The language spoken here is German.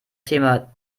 thema